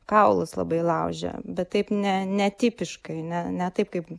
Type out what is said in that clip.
kaulus labai laužė bet taip ne netipiškai ne ne taip kaip